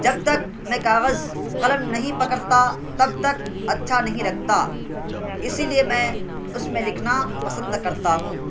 جب تک میں کاغذ قلم نہیں پکڑتا تب تک اچھا نہیں لگتا اسی لیے میں اس میں لکھنا پسند کرتا ہوں